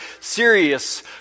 serious